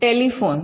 telephone